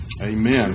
Amen